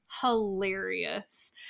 hilarious